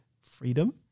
freedom